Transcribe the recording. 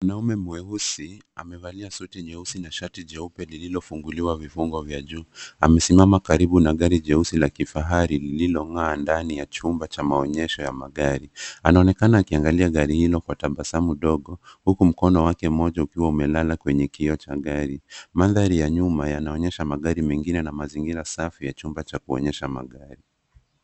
Mwanaume mweusi, amevalia suti nyeusi na shati jeupe lililofunguliwa vifungo vya juu. Amesimama karibu na gari jeusi la kifahari lililong'aa ndani ya chumba cha maonyesho ya magari. Anaonekana akiangalia gari hilo kwa tabasamu dogo huku mkono wake mmoja ukiwa umelala kwenye kioo cha gari. Mandhari ya nyuma yanaonyesha magari mengine na mazingira safi ya chumba cha kuonyesha magari.